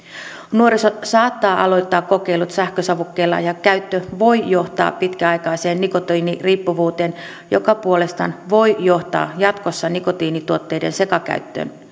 nuoriso saattaa aloittaa kokeilut sähkösavukkeilla ja käyttö voi johtaa pitkäaikaiseen nikotiiniriippuvuuteen joka puolestaan voi johtaa jatkossa nikotiinituotteiden sekakäyttöön